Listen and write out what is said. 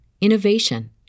innovation